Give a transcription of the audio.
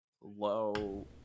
low